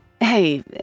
Hey